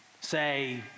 Say